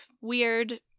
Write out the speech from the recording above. weird